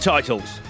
Titles